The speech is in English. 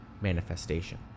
Manifestation